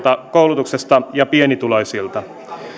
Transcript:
koulutuksesta ja pienituloisilta